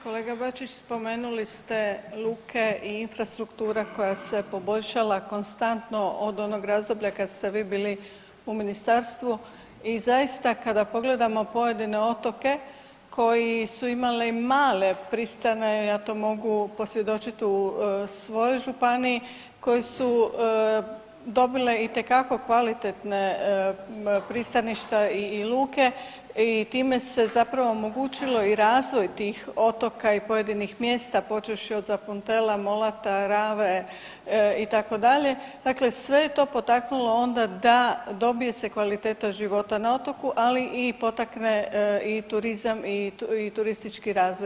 Kolega Bačić, spomenuli ste luke i infrastruktura koja se poboljšala konstantno od onog razdoblja kad ste vi bili u ministarstvu i zaista kada pogledamo pojedine otoke koji su imali male pristane, ja to mogu posvjedočiti u svojoj županiji, koji su dobili itekako kvalitetna pristaništa i luke i time se zapravo omogućilo i razvoj tih otoka i pojedinih mjesta počevši od Zapuntela, Molata, Rave itd. dakle sve je to potaknulo onda da dobije se kvaliteta života na otoku ali i potakne i turizam i turistički razvoj.